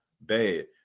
Bad